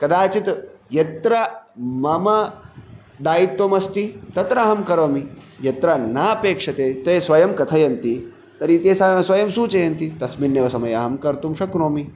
कदाचित् यत्र मम दायित्वमस्ति तत्र अहं करोमि यत्र नापेक्षते ते स्वयं कथयन्ति तर्हि ते स स्वयं सूचयन्ति तस्मिन्नेव समये अहं कर्तुं शक्नोमि